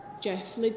Jeff